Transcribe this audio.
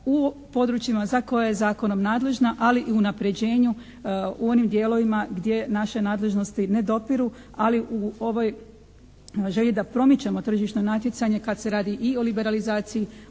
u područjima za koje je zakonom nadležna, ali i unapređenju u onim dijelovima gdje naše nadležnosti ne dopiru, ali u ovoj želji da promičemo tržišno natjecanje kad se radi i o liberalizaciji